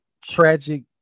tragic